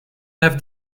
have